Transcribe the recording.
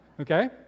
okay